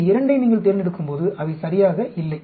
இந்த 2 ஐ நீங்கள் தேர்ந்தெடுக்கும்போது அவை சரியாக இல்லை